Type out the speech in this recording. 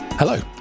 Hello